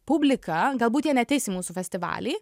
publika galbūt jie neateis į mūsų festivalį